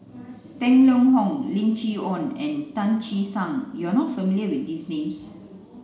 Tang Liang Hong Lim Chee Onn and Tan Che Sang You are not familiar with these names